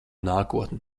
nākotni